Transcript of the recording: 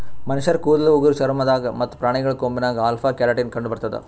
ಮನಶ್ಶರ್ ಕೂದಲ್ ಉಗುರ್ ಚರ್ಮ ದಾಗ್ ಮತ್ತ್ ಪ್ರಾಣಿಗಳ್ ಕೊಂಬಿನಾಗ್ ಅಲ್ಫಾ ಕೆರಾಟಿನ್ ಕಂಡಬರ್ತದ್